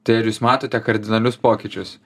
tai ar jūs matote kardinalius pokyčius